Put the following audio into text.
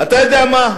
אתה יודע מה,